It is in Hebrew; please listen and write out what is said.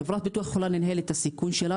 חברת ביטוח יכולה לנהל את הסיכון שלה